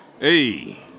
Hey